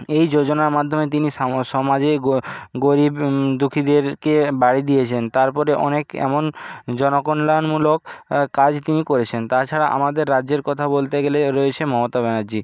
এই যোজনার মাধ্যমে তিনি সামো সমাজে গো গরিব দুখিদেরকে বাড়ি দিয়েছেন তারপরে অনেক এমন জনকল্যাণমূলক কাজ তিনি করেছেন তাছাড়া আমাদের রাজ্যের কথা বলতে গেলে রয়েছে মমতা ব্যানার্জি